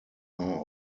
are